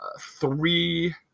three